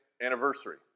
anniversary